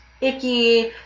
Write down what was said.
icky